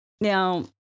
Now